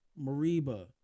Mariba